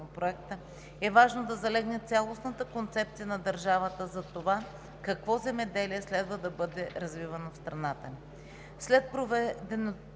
Законопроекта е важно да залегне цялостната концепция на държавата за това какво земеделие следва да бъде развивано в страната ни. След проведените